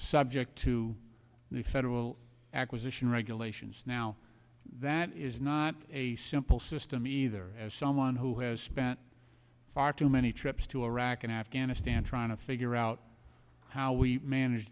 subject to the federal acquisition regulations now that is not a simple system either as someone who has spent far too many trips to iraq and afghanistan trying to figure out how we manage